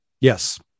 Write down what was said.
Yes